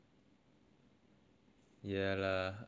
ya lah I guess it's good lah